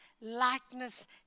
likeness